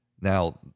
Now